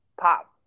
pop